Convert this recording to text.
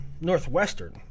Northwestern